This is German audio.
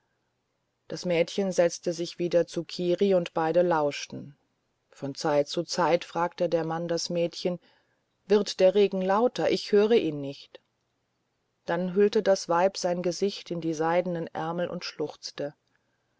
das mädchen setzte sich wieder zu kiri und beide lauschten von zeit zu zeit fragte der mann das mädchen wird der regen lauter ich höre ihn nicht dann hüllte das weib sein gesicht in die seidenen ärmel und schluchzte